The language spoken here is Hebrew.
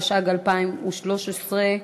התשע"ג 2013,